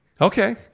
Okay